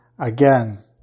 Again